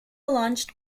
launched